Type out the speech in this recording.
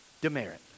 Demerit